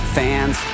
fans